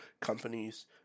companies